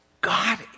God